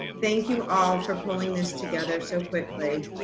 thank you all for pulling this together so quickly.